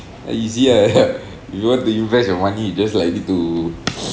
uh easy ah ya if you want to invest your money you just like need to